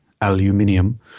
aluminium